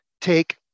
Take